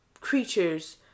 creatures